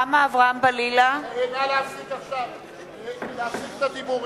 נא להפסיק את הדיבורים.